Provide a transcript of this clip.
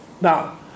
now